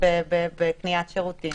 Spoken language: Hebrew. בקניית שירותים.